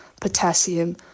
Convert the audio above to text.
potassium